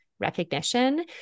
recognition